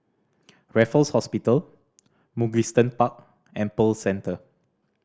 Raffles Hospital Mugliston Park and Pearl Centre